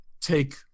take